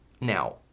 Now